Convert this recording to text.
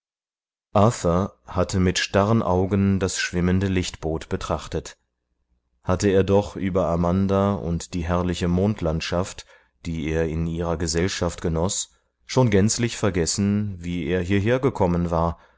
hatte mit starren augen das schwimmende lichtboot betrachtet hatte er doch über amanda und die herrliche mondlandschaft die er in ihrer gesellschaft genoß schon gänzlich vergessen wie er hierher gekommen war